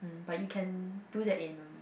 but you can do that in